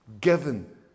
given